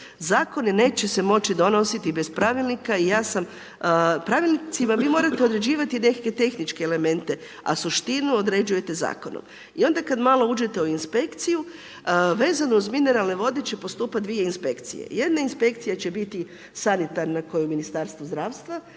Zakon neće se moći donositi bez pravilnika i ja sam, pravilnicima vi morate odrađivati neke tehničke elemente a suštinu određujete zakonom i onda kad malo uđete u inspekciju vezano uz mineralno vode će postupati dvije inspekcije. Jedna inspekcija će biti sanitarna koja je u Ministarstvu zdravstva